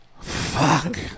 Fuck